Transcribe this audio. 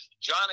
john